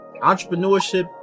entrepreneurship